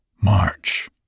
march